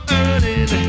earning